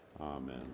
Amen